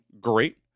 great